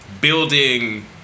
building